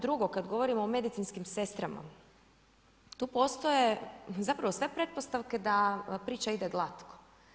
Drugo, kad govorimo o medicinskim sestrama tu postoje zapravo sve pretpostavke da priča ide glatko.